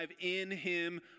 in-him